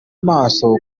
amaso